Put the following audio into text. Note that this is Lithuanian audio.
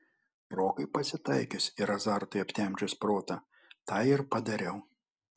progai pasitaikius ir azartui aptemdžius protą tą ir padariau